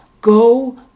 go